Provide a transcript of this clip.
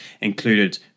included